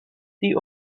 die